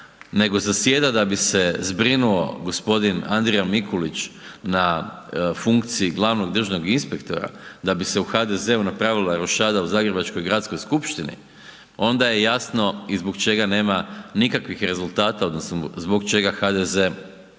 nego zasjeda da bi se zbrinuo g. Andrija Mikulić na funkciji glavnog državnog inspektora, da bi se u HDZ-u napravila rošada u Zagrebačkoj gradskoj skupštini, onda je jasno i zbog čega nema nikakvih rezultata odnosno zbog čega HDZ